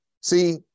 See